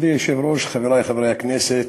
מכובדי היושב-ראש, חברי חברי הכנסת,